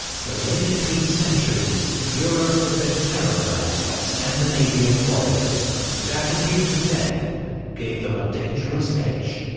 for nearly three centuries, europe had been terrorised by scandinavian warriors, whose attitude to death gave them a dangerous edge.